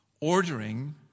ordering